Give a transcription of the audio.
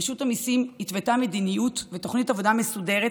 רשות המיסים התוותה מדיניות ותוכנית עבודה מסודרת,